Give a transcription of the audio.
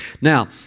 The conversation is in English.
Now